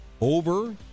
over